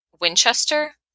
Winchester